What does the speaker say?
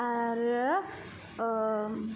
आरो